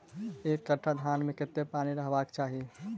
एक कट्ठा धान मे कत्ते पानि रहबाक चाहि?